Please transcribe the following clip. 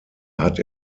hat